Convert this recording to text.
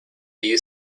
you